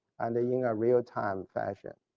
and you know real time fashion.